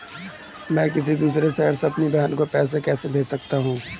मैं किसी दूसरे शहर से अपनी बहन को पैसे कैसे भेज सकता हूँ?